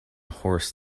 horse